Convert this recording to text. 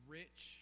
rich